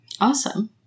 Awesome